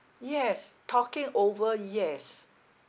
yes talking over yes